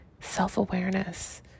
Self-awareness